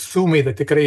sumai tai tikrai